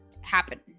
happen